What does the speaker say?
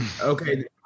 Okay